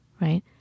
right